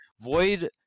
Void